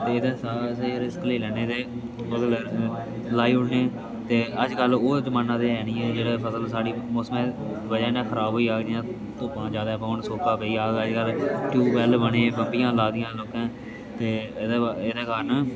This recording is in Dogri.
ते एह्दे थाह्र अस रिस्क लेईं लैन्ने ते उसलै लाई ओड़ने ते अज्जकल ओह् जमाना ते ऐ नी ऐ जेह्ड़ा फसल साढ़ी मौसमै बजह कन्नै खराब होई जाह्ग जि'यां धुप्पां ज्यादा पौन सोका पेई जाह्ग अज्जकल ट्यूबैल बने बम्बियां लाई दियां लोकें ते एह्दे एह्दे कारण